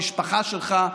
במשפחה שלך,